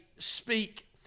speak